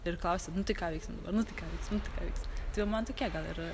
ir klausia nu tai ką veiksim dabar nu tai ką veiksim nu tai ką veiksim tai va man tokie gal yra